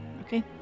okay